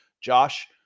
Josh